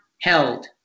held